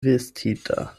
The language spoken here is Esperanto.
vestita